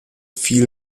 fiel